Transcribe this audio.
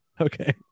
Okay